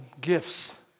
gifts